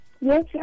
Yes